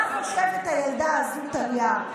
מה חושבת הילדה הזו, טליה?